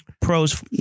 pros